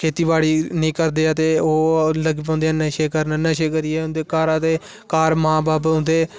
खेती बाड़ी करदे ते ओह् लग्गी पोंदे ऐ नशे करन नशे करिऐ उंदे घरा दे घर मां बब्ब उंदे